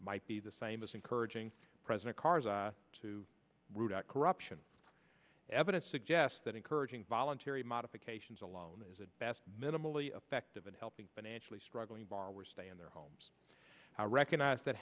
might be the same as encouraging president karzai to root out corruption evidence suggests that encouraging voluntary modifications alone is at best minimally effective in helping financially struggling bar or stay in their homes or recognize that